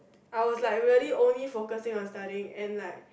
I was like really only focusing on study and like